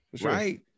Right